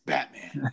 Batman